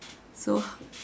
so